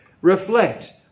Reflect